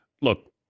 Look